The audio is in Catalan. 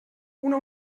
una